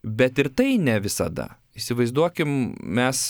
bet ir tai ne visada įsivaizduokim mes